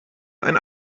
ein